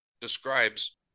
describes